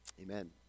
Amen